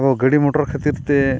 ᱟᱵᱚ ᱜᱟᱹᱰᱤ ᱢᱚᱴᱚᱨ ᱠᱷᱟᱹᱛᱤᱨ ᱛᱮ